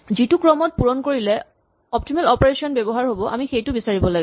যিটো ক্ৰমত পূৰণ কৰিলে অপ্তিমেল অপাৰেচন ব্যৱহাৰ হ'ব আমি সেইটো বিচাৰিব লাগে